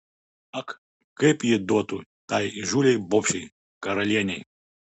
ak kaip ji duotų tai įžūliai bobšei karalienei